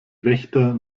wächter